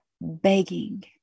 begging